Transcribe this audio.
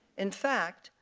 in fact,